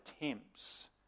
attempts